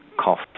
cough